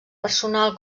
personal